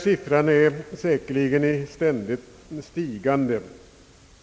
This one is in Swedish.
Siffran är säkerligen ständigt stigande.